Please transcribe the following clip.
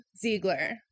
Ziegler